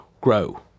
grow